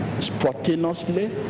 spontaneously